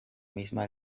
misma